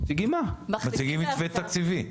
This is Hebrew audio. מציגים מתווה תקציבי.